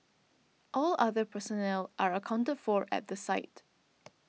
all other personnel are accounted for at the site